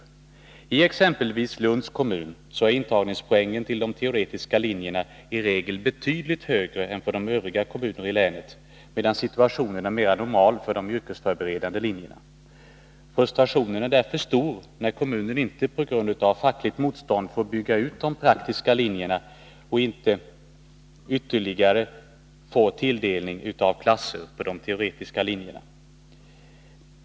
I exempelvis Lunds kommun är intagningspoängen till de teoretiska linjerna i regel betydligt högre än i övriga kommuner i länet, medan situationen är mer normal för de yrkesförberedande linjerna. Frustrationen är därför stor när kommunen inte — på grund av fackligt motstånd — får bygga ut de praktiska linjerna och inte får ytterligare tilldelning av klasser för de teoretiska linjerna.